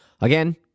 again